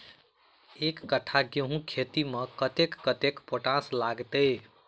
एक कट्ठा गेंहूँ खेती मे कतेक कतेक पोटाश लागतै?